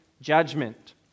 judgment